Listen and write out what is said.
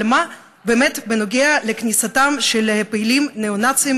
אבל מה באמת בנוגע לכניסתם של פעילים ניאו-נאציים,